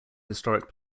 historic